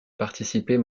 participer